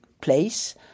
place